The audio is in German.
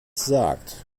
sagt